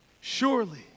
Surely